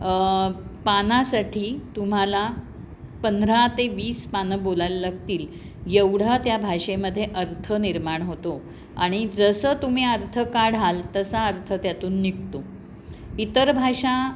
पानासाठी तुम्हाला पंधरा ते वीस पानं बोलायला लागतील एवढा त्या भाषेमध्ये अर्थ निर्माण होतो आणि जसं तुम्ही अर्थ काढाल तसा अर्थ त्यातून निघतो इतर भाषा